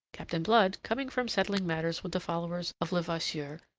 captain blood, coming from settling matters with the followers of levasseur,